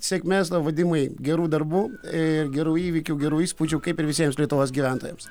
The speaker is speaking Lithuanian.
sėkmės vadimai gerų darbų ir gerų įvykių gerų įspūdžių kaip ir visiems lietuvos gyventojams